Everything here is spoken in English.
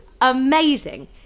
amazing